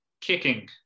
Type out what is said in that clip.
Kicking